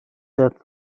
der